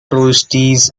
trustees